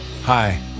Hi